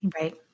Right